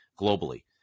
globally